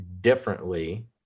differently